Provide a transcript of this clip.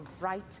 right